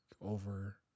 over